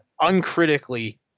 uncritically